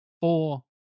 four